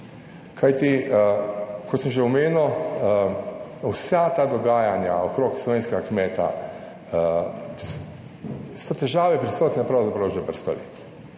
Kajti, kot sem že omenil, vsa ta dogajanja okrog slovenskega kmeta, so težave prisotne pravzaprav že vrsto let.